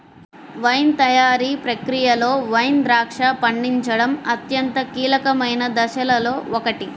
wine తయారీ ప్రక్రియలో wine ద్రాక్ష పండించడం అత్యంత కీలకమైన దశలలో ఒకటి